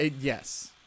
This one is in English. Yes